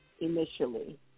initially